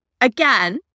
again